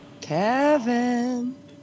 Kevin